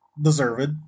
deserved